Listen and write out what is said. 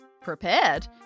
prepared